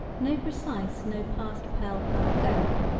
no precise no past pearl pearl goat.